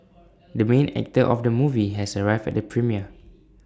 the main actor of the movie has arrived at the premiere